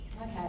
Okay